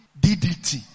DDT